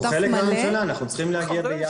הוא חלק מהממשלה, אנחנו צריכים להגיע ביחד.